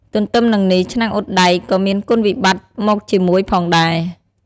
ទទ្ទឹមនឹងនេះ ឆ្នាំងអ៊ុតដែក ក៏មានគុណវិបត្តិមកជាមួយផងដែរ។